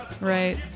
Right